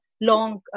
long